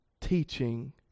teaching